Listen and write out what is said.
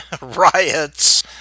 riots